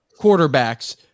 quarterbacks